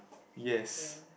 yes